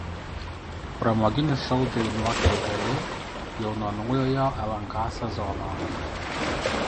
pramoginis šou dainuok jei gali jau nuo naujojo lnk sezono